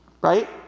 right